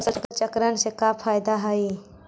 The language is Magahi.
फसल चक्रण से का फ़ायदा हई?